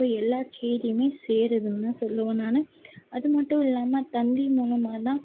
போய் எல்லா செய்தியுமே சேருதுன்னு தான் சொல்வேன் நான் அது மட்டும் இல்லாமல் தந்தி மூலமாக தான்